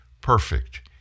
perfect